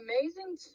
amazing